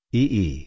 ee